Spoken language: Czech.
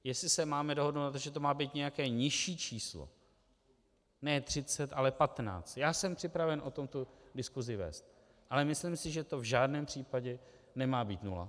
Jestli se máme dohodnout na tom, že to má být nějaké nižší číslo, ne 30, ale 15, jsem připraven o tom diskusi vést, ale myslím si, že to v žádném případě nemá být nula.